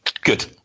Good